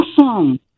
Awesome